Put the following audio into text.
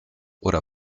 oder